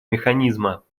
механизма